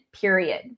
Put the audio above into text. period